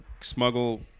smuggle